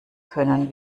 können